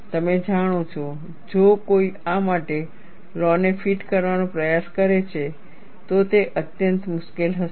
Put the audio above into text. તમે જાણો છો જો કોઈ આ માટે લૉ ને ફિટ કરવાનો પ્રયાસ કરે છે તો તે અત્યંત મુશ્કેલ હશે